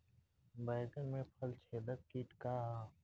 बैंगन में फल छेदक किट का ह?